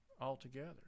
altogether